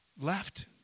left